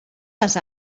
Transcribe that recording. les